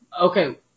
Okay